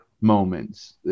moments